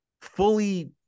fully